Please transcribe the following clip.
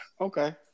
Okay